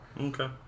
Okay